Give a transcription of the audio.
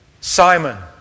Simon